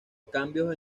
cambios